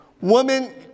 woman